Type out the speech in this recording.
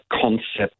concept